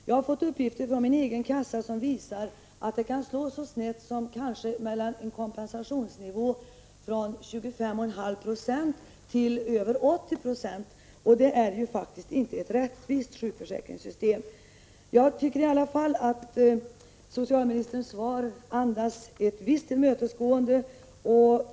Jag har fått uppgifter från min egen kassa som visar hur snett det kan slå — det kan röra sig om en kompensationsnivå från 25,5 96 upp till över 80 Zo. Det är ju faktiskt inte ett rättvist sjukförsäkringssystem. Jag tycker i alla fall att socialministerns svar andas ett visst tillmötesgående.